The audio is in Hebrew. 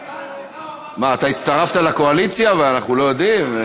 מה, אתה הצטרפת לקואליציה ואנחנו לא יודעים?